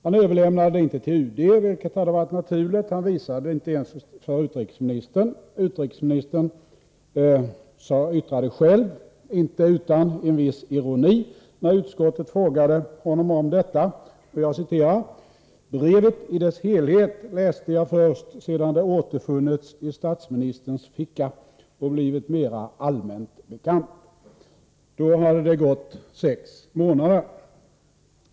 Han överlämnade det inte till UD, vilket hade varit naturligt, han visade det inte ens för utrikesministern. Utrikesministern yttrade själv — inte utan en viss ironi — när utskottet frågade honom om detta: ”Brevet i dess helhet läste jag först sedan det återfunnits i statsministerns ficka och blivit mera allmänt bekant.” Då hade det gått sex månader.